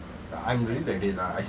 mm